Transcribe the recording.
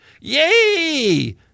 yay